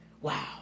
Wow